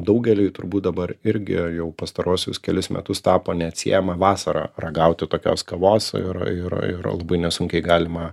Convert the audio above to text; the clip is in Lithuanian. daugeliui turbūt dabar irgi jau pastaruosius kelis metus tapo neatsiejama vasarą ragauti tokios kavos ir ir ir labai nesunkiai galima